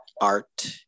art